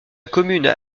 commune